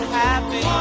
happy